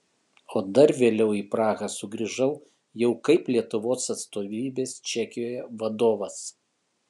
o dar vėliau į prahą sugrįžau jau kaip lietuvos atstovybės čekijoje vadovas